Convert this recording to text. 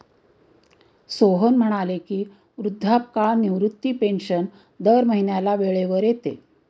सोहन म्हणाले की, वृद्धापकाळ निवृत्ती पेन्शन दर महिन्याला वेळेवर येते